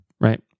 right